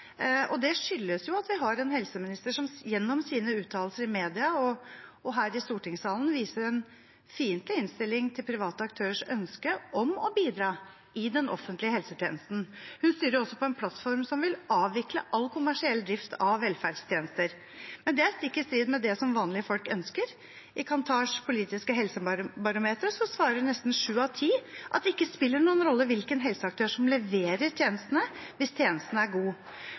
gjennom sine uttalelser i media og her i stortingssalen viser en fiendtlig innstilling til private aktørers ønske om å bidra i den offentlige helsetjenesten. Hun styrer også på en plattform som vil avvikle all kommersiell drift av velferdstjenester. Det er stikk i strid med det som vanlige folk ønsker. I Kantars helsepolitiske barometer svarer nesten sju av ti at det ikke spiller noen rolle hvilken helseaktør det er som leverer tjenestene, hvis tjenestene er